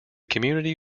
community